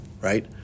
right